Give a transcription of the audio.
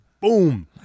boom